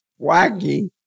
wacky